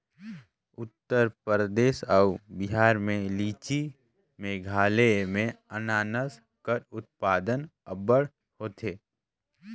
उत्तर परदेस अउ बिहार में लीची, मेघालय में अनानास कर उत्पादन अब्बड़ होथे